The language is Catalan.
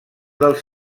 dels